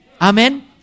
Amen